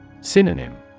Synonym